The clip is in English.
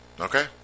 okay